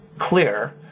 clear